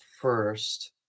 first